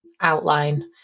outline